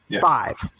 five